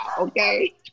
okay